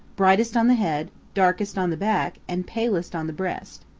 brightest on the head, darkest on the back, and palest on the breast.